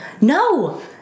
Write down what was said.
No